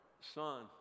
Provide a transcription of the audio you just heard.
son